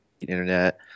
internet